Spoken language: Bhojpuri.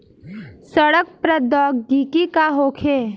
सड़न प्रधौगिकी का होखे?